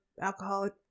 alcoholic